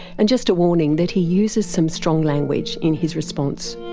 and just a warning that he uses some strong language in his response.